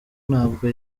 ntabwo